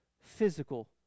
physical